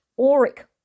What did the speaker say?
auric